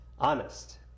honest